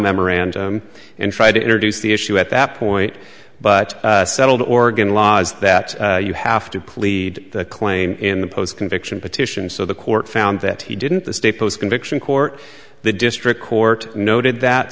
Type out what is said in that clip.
memorandum and tried to introduce the issue at that point but settled oregon laws that you have to plead the claim in the post conviction petition so the court found that he didn't the state post conviction court the district court noted that